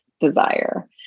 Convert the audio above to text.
desire